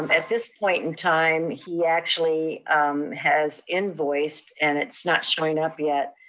um at this point in time, he actually has invoiced, and it's not showing up yet,